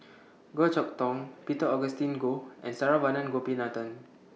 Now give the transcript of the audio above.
Goh Chok Tong Peter Augustine Goh and Saravanan Gopinathan